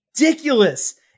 ridiculous